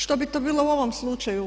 Što bi to bilo u ovom slučaju?